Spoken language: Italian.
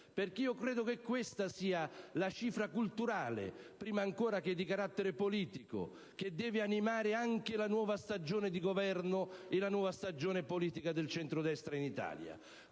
Credo che questa sia la cifra culturale, prima ancora che di carattere politico, che deve animare anche la nuova stagione di governo e la nuova stagione politica del centrodestra in Italia: